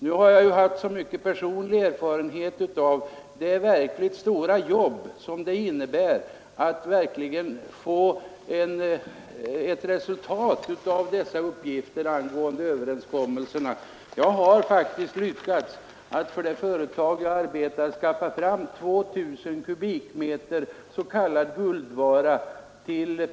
Nu har jag haft stor personlig erfarenhet av det verkligt svåra jobb som det innebär att få fram ett resultat i anslutning till överenskommelsen. Jag har faktiskt lyckats att för det företag där jag arbetar skaffa fram 2 000 kubikmeter s.k. guldvara.